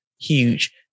huge